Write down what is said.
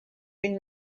une